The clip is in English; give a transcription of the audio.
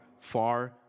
far